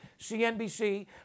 CNBC